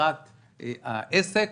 הצהרת העסק,